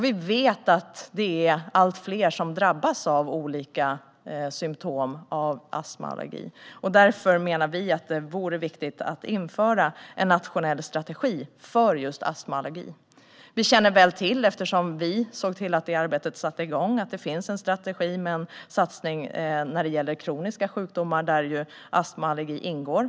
Vi vet att allt fler drabbas av olika astma och allergisymtom, och därför menar vi att det vore viktigt att införa en nationell strategi för astma och allergi. Eftersom vi såg till att detta arbete sattes igång känner vi väl till att det finns en strategi med en satsning gällande kroniska sjukdomar, där ju astma och allergi ingår.